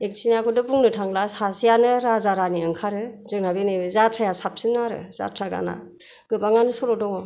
एखथिनियाखौ बुंनो थांला सासेयानो राजा रानि ओंखारो जोंहा बेनो जाथ्राया साबसिन आरो जाथ्रा गाना गोबाङानो सल' दङ'